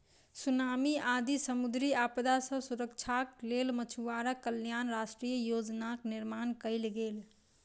tsunami आदि समुद्री आपदा सॅ सुरक्षाक लेल मछुआरा कल्याण राष्ट्रीय योजनाक निर्माण कयल गेल